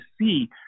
see